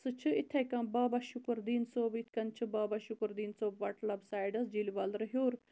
سُہ چھُ اِتھے کنۍ بابا شُکُر دیٖن صٲب یِتھ کنۍ چھُ بابا شُکُر دیٖن صٲب وَٹلَب سایڈَس جیٖلہِ ووٚلرٕ ہیٚور